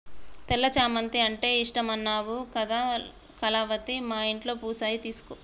తెల్ల చామంతి అంటే ఇష్టమన్నావు కదా కళావతి మా ఇంట్లో పూసాయి తీసుకో